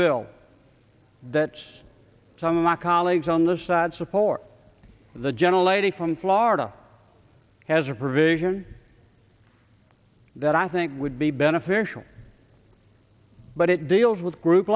bill that's some of my colleagues on this side support the gentle lady from florida has a provision that i think would be beneficial but it deals with group